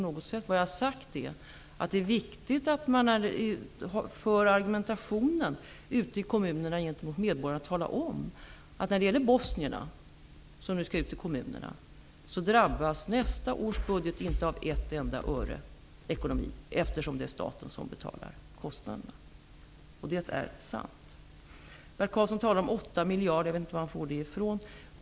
Jag har sagt att det är viktigt att man talar om för medborgarna ute i kommunerna att när det gäller de bosnier som nu skall ut i kommunerna, drabbas nästa års budget inte av ett enda öre, eftersom det är staten som betalar kostnaderna. Det är sant. Bert Karlsson talar om 8 miljarder kronor. Jag vet inte var han får den summan ifrån.